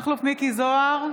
מכלוף מיקי זוהר,